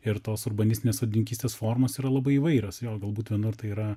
ir tos urbanistinės sodininkystės formos yra labai įvairios vėl galbūt vienur tai yra